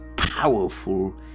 powerful